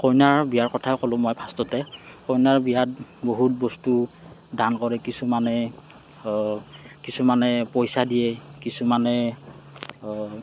কইনাৰ বিয়াৰ কথা ক'লোঁ মই ফাষ্টতে কইনাৰ বিয়াত বহুত বস্তু দান কৰে কিছুমানে কিছুমানে পইচা দিয়ে কিছুমানে